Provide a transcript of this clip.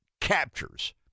captures